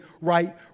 right